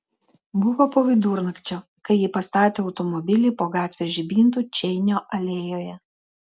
buvo po vidurnakčio kai ji pastatė automobilį po gatvės žibintu čeinio alėjoje